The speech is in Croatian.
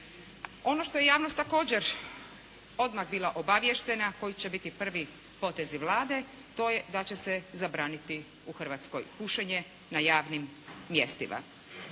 Ono što je javnost također odmah bila obaviještena koji će biti prvi potezi Vlade to je da će se zabraniti u Hrvatskoj pušenje na javnih mjestima.